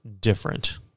different